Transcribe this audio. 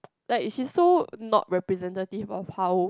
like she's so not representative of how